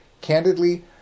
Candidly